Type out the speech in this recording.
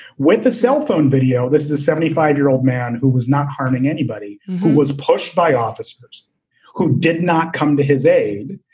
with the cell phone video, this is a seventy five year old man who was not harming anybody, who was pushed by officers who did not come to his aid.